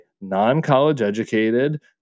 non-college-educated